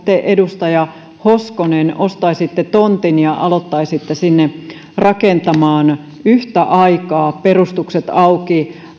te edustaja hoskonen ostaisitte tontin ja alkaisitte sinne rakentamaan yhtä aikaa perustukset auki